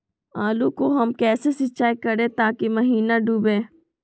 आलू को हम कैसे सिंचाई करे ताकी महिना डूबे?